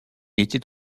était